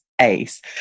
ace